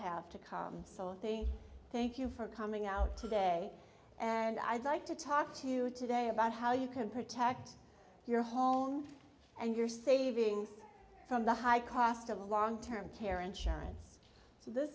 have to come so thing thank you for coming out today and i'd like to talk to you today about how you can protect your home and your savings from the high cost of long term care insurance so this